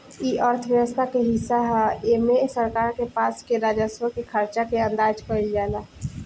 इ अर्थव्यवस्था के हिस्सा ह एमे सरकार के पास के राजस्व के खर्चा के अंदाज कईल जाला